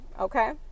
Okay